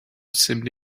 seemed